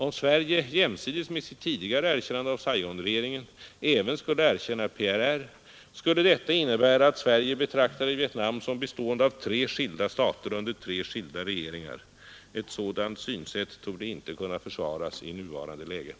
Om Sverige jämsides med sitt tidigare Nr 48 erkännande av Saigonregeringen även skulle erkänna PRR, skulle detta Onsdagen den innebära att Sverige betraktade Vietnam som bestående av tre skilda 21 mars 1973 stater under tre skilda regeringar. Ett sådant synsätt torde inte kunna ————— försvaras i nuvarande läge.